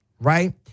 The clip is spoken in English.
right